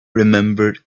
remembered